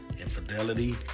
infidelity